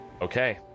Okay